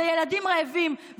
זה ילדים רעבים.